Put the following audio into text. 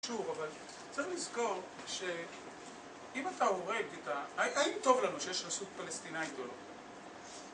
שוב אבל צריך לזכור שאם אתה הורג איתה, האם טוב לנו שיש רשות פלסטינאית או לא?